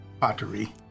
pottery